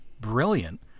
brilliant